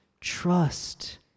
trust